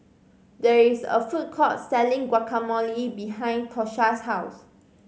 there is a food court selling Guacamole behind Tosha's house